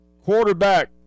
Quarterback